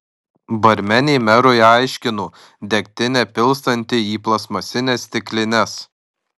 barmenė merui aiškino degtinę pilstanti į plastmasines stiklines